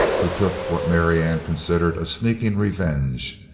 he took what marianne considered a sneaking revenge.